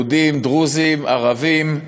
יהודים, דרוזים, ערבים,